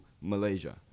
Malaysia